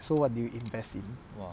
so what do you invest in